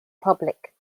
public